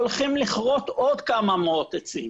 הולכים לכרות עוד כמה מאות עצים